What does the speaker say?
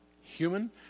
human